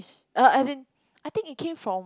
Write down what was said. uh as in I think it came from